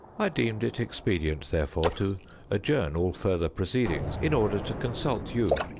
i deemed it expedient, therefore, to adjourn all further proceedings, in order to consult you.